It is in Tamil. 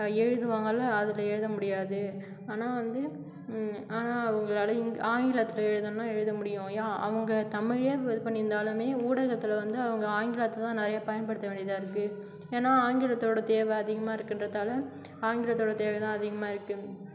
எழுதுவாங்கள்ல அதில் எழுதமுடியாது ஆனால் வந்து ஆனால் அவங்களால ஆங்கிலத்தில் எழுதணும்னா எழுதமுடியும் அவங்க தமிழையும் இது பண்ணிருந்தாலும் ஊடகத்தில் வந்து அவங்க ஆங்கிலத்தை தான் நிறைய பயன்படுத்தவேண்டியதாக இருக்கு ஏன்னா ஆங்கிலத்தோட தேவை அதிகமாக இருக்குன்றதால ஆங்கிலத்தோட தேவைதான் அதிகமாக இருக்கு